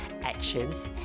actions